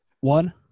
One